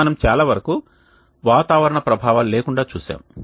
మనము చాలా వరకు వాతావరణ ప్రభావాలు లేకుండా చూసాము